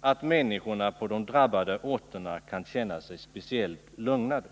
att människorna på de drabbade orterna kan känna sig speciellt lugnade.